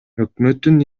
өкмөттүн